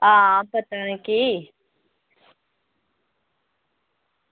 आं पता मिगी